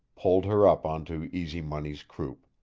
pulled her up onto easy money's croup.